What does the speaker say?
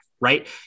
right